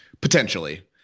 Potentially